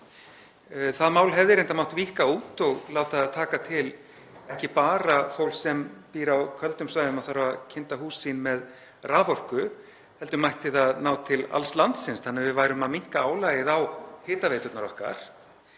Það mál hefði reyndar mátt víkka út og láta það taka til ekki bara fólks sem býr á köldum svæðum og þarf að kynda hús sín með raforku heldur mætti það ná til alls landsins þannig að við værum að minnka álagið á hitaveiturnar okkar.